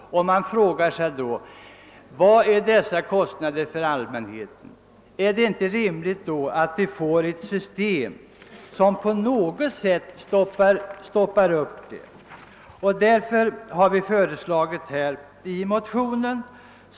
Man frågar sig då om det inte vore rimligt att försöka finna ett system som kunde sätta stopp för den utvecklingen.